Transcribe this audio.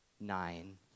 nine